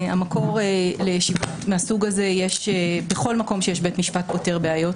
המקור לישיבות מהסוג הזה יש בכל מקום בעולם בו יש בית משפט שפותר בעיות,